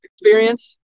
experience